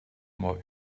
more